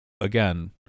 again